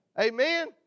Amen